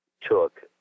took